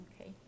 Okay